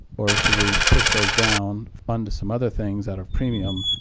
or should we push those down, fund some other things out of premium,